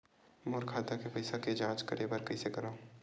मोर खाता के पईसा के जांच करे बर हे, कइसे करंव?